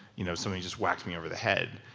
you know, something just whacked me over the head,